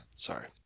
Sorry